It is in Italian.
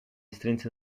strinse